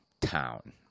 town